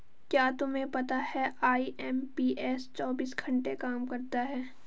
क्या तुम्हें पता है आई.एम.पी.एस चौबीस घंटे काम करता है